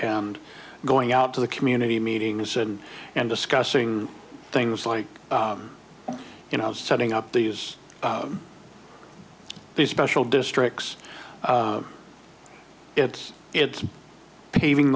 and going out to the community meetings and and discussing things like you know setting up these these special districts it's it's paving